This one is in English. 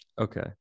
Okay